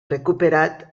recuperat